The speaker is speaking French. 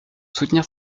soutenir